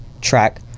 track